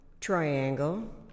triangle